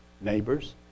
neighbors